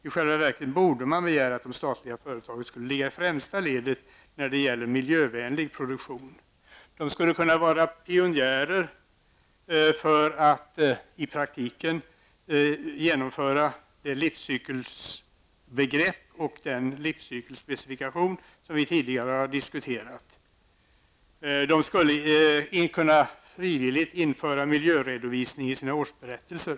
I själva verket borde man kunna begära att de statliga företagen skulle befinna sig i främsta ledet när det gäller miljövänlig produktion. De skulle kunna vara pionjärer för att i praktiken genomföra livscykelbegreppet i produktionen och den livscykelspecifikation som vi tidigare har diskuterat. De skulle frivilligt kunna införa miljöredovisning i sina årsberättelser.